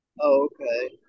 okay